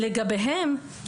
לגביהם,